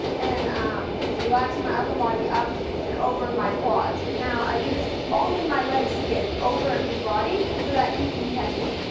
and relaxing my upper body up and over my quads. and now i use only my legs to get over his body, so that he can catch me.